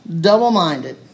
double-minded